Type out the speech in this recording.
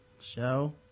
show